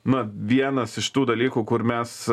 na vienas iš tų dalykų kur mes